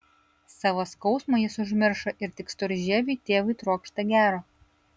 savo skausmą jis užmiršo ir tik storžieviui tėvui trokšta gero